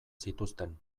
zituzten